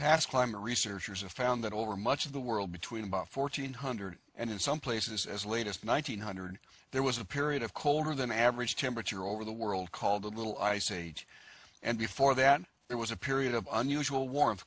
past climate researchers have found that over much of the world between about fourteen hundred and in some places as latest one thousand nine hundred there was a period of colder than average temperature over the world called the little ice age and before that there was a period of unusual warmth